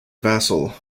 vassal